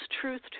truth